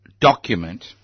document